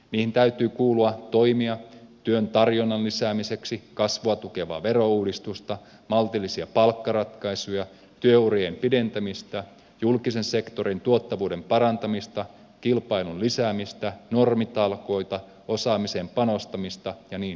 niihin täytyy kuulua toimia työn tarjonnan lisäämiseksi kasvua tukevaa verouudistusta maltillisia palkkaratkaisuja työurien pidentämistä julkisen sektorin tuottavuuden parantamista kilpailun lisäämistä normitalkoita osaamiseen panostamista ja niin edelleen